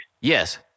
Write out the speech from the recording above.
Yes